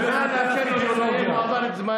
חברת הכנסת, יועז הנדל, מי אתה ואת מי אתה מייצג?